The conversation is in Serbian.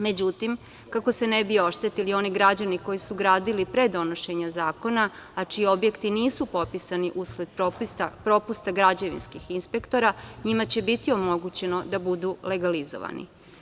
Međutim, kako se ne bi oštetili oni građani koji su gradili pre donošenja zakona, a čiji objekti nisu popisani usled propusta građevinskih inspektora, njima će biti omogućeno da budu legalizovani.